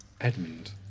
Edmund